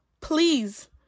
please